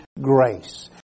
grace